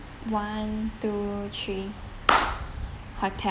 one two three hotel